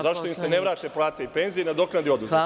Zašto im se ne vrate plate i penzije i nadoknadi oduzeto?